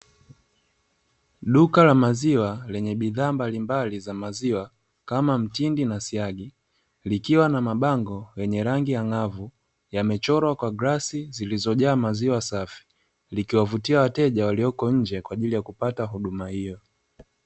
Duka la maziwa lenye bidhaa mbalimbali za maziwa kama mtindi na siagi, likiwa na mabango yenye rangi ang'avu yamechorwa kwa glasi zilizojaa maziwa safi likiwavutia wateja waliopo nje kwajili ya kupata huduma hiyo.